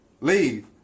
Leave